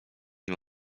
nim